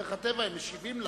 בדרך הטבע הם משיבים לך.